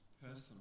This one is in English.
personal